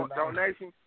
donation